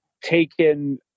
taken